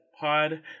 Pod